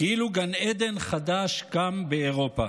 כאילו גן עדן חדש קם באירופה.